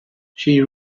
she